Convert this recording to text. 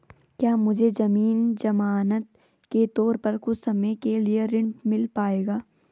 क्या मुझे ज़मीन ज़मानत के तौर पर कुछ समय के लिए ऋण मिल पाएगा?